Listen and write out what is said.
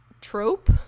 trope